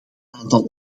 aantal